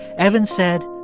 evan said,